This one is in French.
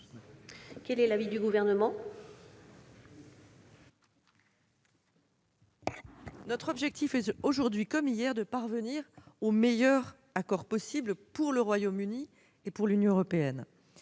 Quel est l'avis du Gouvernement ? Notre objectif est, aujourd'hui comme hier, de parvenir au meilleur accord possible pour le Royaume-Uni et pour l'Union européenne.